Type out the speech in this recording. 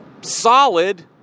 solid